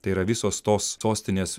tai yra visos tos sostinės